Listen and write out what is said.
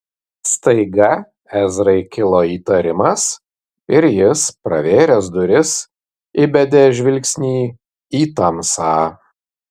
staiga ezrai kilo įtarimas ir jis pravėręs duris įbedė žvilgsnį į tamsą